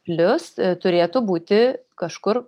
plius turėtų būti kažkur